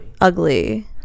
Ugly